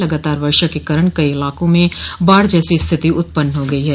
लगातार वर्षा के कारण कई इलाकों में बाढ़ जैसी स्थिति उत्पन्न हो गई है